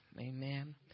amen